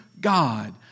God